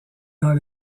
dans